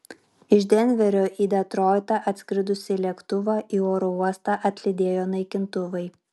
iš denverio į detroitą atskridusį lėktuvą į oro uostą atlydėjo naikintuvai